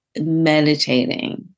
meditating